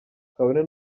kabone